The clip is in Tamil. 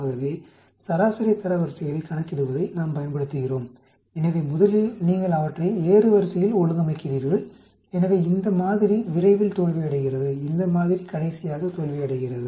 ஆகவே சராசரி தரவரிசைகளைக் கணக்கிடுவதை நாம் பயன்படுத்துகிறோம் எனவே முதலில் நீங்கள் அவற்றை ஏறுவரிசையில் ஒழுங்கமைக்கிறீர்கள் எனவே இந்த மாதிரி விரைவில் தோல்வியடைகிறது இந்த மாதிரி கடைசியாக தோல்வியடைகிறது